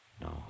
No